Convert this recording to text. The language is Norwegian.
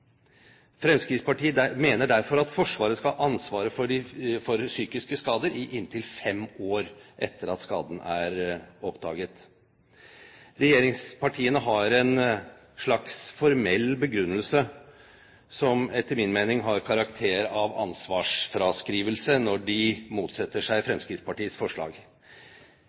Fremskrittspartiet mener derfor at Forsvaret skal ha ansvaret for psykiske skader i inntil fem år etter at skaden er oppdaget. Regjeringspartiene har en slags formell begrunnelse som etter min mening har karakter av ansvarsfraskrivelse, når de motsetter seg Fremskrittspartiets forslag.